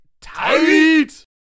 tight